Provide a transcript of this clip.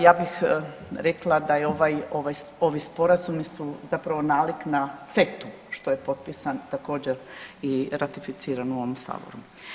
Ja bih rekla da ovi sporazumi su zapravo nalik na CET-u, što je potpisan također i ratificiran u ovom saboru.